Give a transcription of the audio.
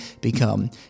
become